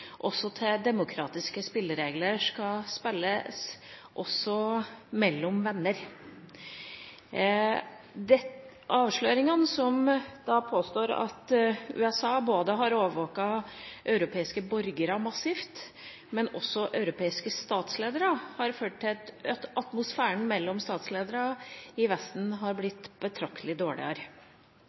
demokratiske spilleregler skal speiles mellom venner. Avsløringene der man påstår at USA massivt har overvåket europeiske borgere generelt, men også europeiske statsledere, har ført til at atmosfæren mellom statsledere i Vesten har blitt betraktelig dårligere.